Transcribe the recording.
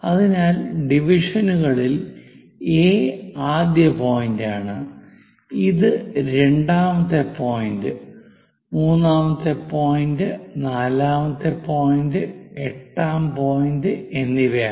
അതിനാൽ ഡിവിഷനുകളിൽ എ ആദ്യ പോയിന്റാണ് ഇത് രണ്ടാമത്തെ പോയിന്റ് മൂന്നാമത്തെ പോയിന്റ് നാലാമത്തെ പോയിന്റ് എട്ടാം പോയിന്റ് എന്നിവയാണ്